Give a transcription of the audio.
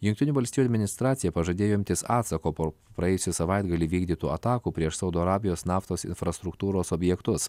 jungtinių valstijų administracija pažadėjo imtis atsako po praėjusį savaitgalį įvykdytų atakų prieš saudo arabijos naftos infrastruktūros objektus